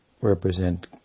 represent